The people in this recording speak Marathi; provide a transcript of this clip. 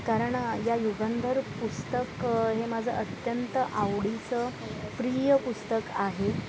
कारण या युगंधर पुस्तक हे माझं अत्यंत आवडीचं प्रिय पुस्तक आहे